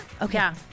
Okay